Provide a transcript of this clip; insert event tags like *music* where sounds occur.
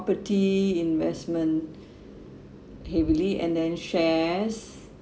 property investment *breath* heavily and then shares